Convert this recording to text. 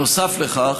נוסף על כך,